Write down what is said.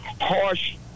harsh